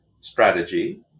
strategy